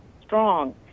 strong